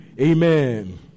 amen